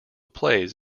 plays